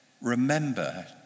remember